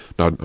Now